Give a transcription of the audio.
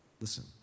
listen